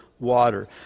water